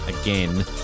again